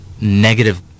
negative